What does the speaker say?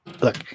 look